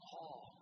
Paul